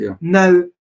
Now